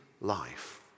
life